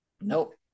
Nope